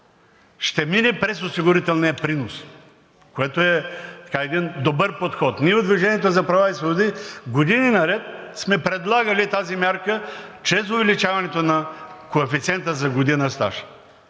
ще мине през осигурителния принос, което е един добър подход. Ние от „Движение за права и свободи“ години наред сме предлагали тази мярка чрез увеличаването на коефициента за година стаж.